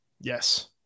Yes